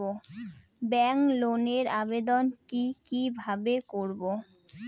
Bank লোনের আবেদন কি কিভাবে করব?